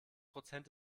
prozent